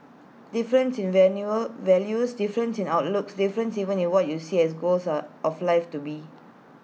differences in value values differences in outlooks differences even in what we see as goals of life to be